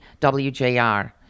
WJR